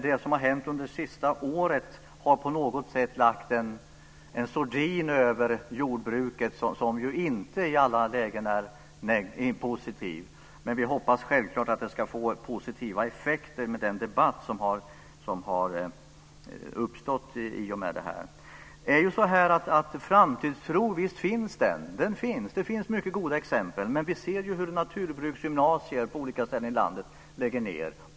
Det som har hänt under det senaste året har på något sätt lagt en sordin över jordbruket som ju inte i alla lägen är positiv, men vi hoppas självklart att det ska komma positiva effekter av den debatt som har uppstått i och med det här. Det är ju så här att visst finns det mycket goda exempel på framtidstro, men vi ser ju hur naturbruksgymnasier på olika ställen i landet lägger ned.